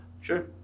Sure